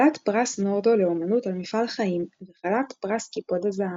כלת פרס נורדאו לאמנות על מפעל חיים וכלת פרס קיפוד הזהב.